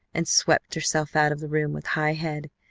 and swept herself out of the room with high head,